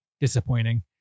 disappointing